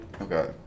okay